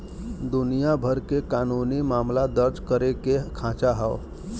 दुनिया भर के कानूनी मामला दर्ज करे के खांचा हौ